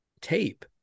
tape